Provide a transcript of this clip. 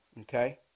okay